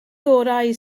gorau